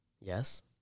Yes